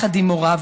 ביחד עם הוריו.